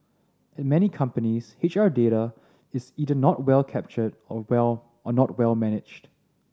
at many companies H R data is either not well captured or well or not well managed